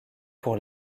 pour